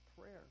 Prayer